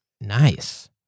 Nice